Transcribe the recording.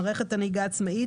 מערכת הנהיגה העצמאית,